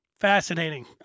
fascinating